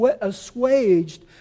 assuaged